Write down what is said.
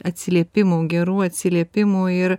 atsiliepimų gerų atsiliepimų ir